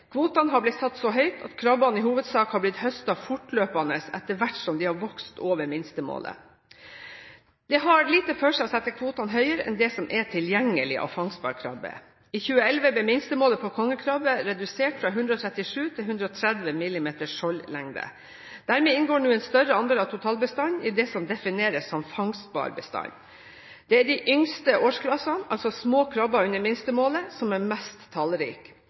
Kvotene har blitt satt så høyt at krabbene i hovedsak har blitt høstet fortløpende, etter hvert som de har vokst over minstemålet. Det har lite for seg å sette kvotene høyere enn det som er tilgjengelig av fangstbar krabbe. I 201l ble minstemålet på kongekrabbe redusert fra 137 til 130 mm skjoldlengde. Dermed inngår nå en større andel av totalbestanden i det som defineres som fangstbar bestand. Det er de yngste årsklassene – altså små krabber under minstemålet – som er mest